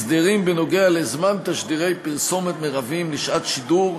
הסדרים בנוגע לזמן תשדירי פרסומת מרביים לשעת שידור,